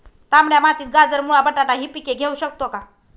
तांबड्या मातीत गाजर, मुळा, बटाटा हि पिके घेऊ शकतो का?